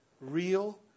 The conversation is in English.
real